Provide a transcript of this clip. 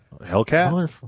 hellcat